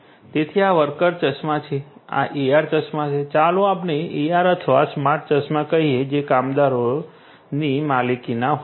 તેથી આ વર્કર ચશ્મા છે આ AR ચશ્મા છે ચાલો આપણે AR અથવા સ્માર્ટ ચશ્મા કહીએ જે કામદારોની માલિકીના હોઈ શકે